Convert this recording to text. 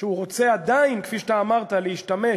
שהוא רוצה עדיין, כפי שאמרת, להשתמש